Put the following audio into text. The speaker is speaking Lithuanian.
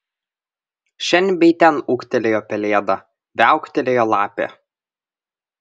šen bei ten ūktelėjo pelėda viauktelėjo lapė